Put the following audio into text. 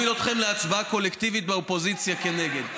אתכם להצבעה קולקטיבית באופוזיציה נגד.